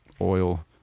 oil